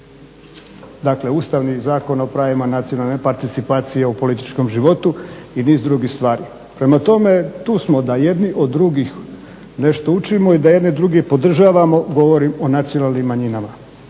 dakle Ustavni zakon o pravima nacionalne participacije u političkom životu i niz drugih stvari. Prema tome tu smo da jedni od drugih nešto učimo i da jedne druge podržavamo, govorim o nacionalnim manjinama.